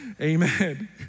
Amen